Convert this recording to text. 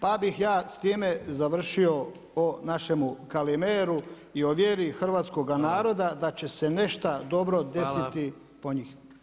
Pa bih ja s time završio o našemu Kalimeru i o vjeru hrvatskoga naroda da će se nešto dobro desiti po njih.